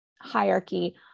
hierarchy